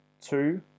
two